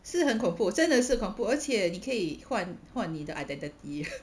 是很恐怖真的是恐怖而且你可以换换你的 identity